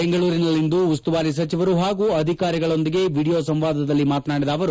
ಬೆಂಗಳೂರಿನಲ್ಲಿಂದು ಉಸ್ತುವಾರಿ ಸಚಿವರು ಹಾಗೂ ಅಧಿಕಾರಿಗಳ ಜೊತೆ ವೀಡಿಯೋ ಸಂವಾದದಲ್ಲಿ ಮಾತನಾಡಿದ ಅವರು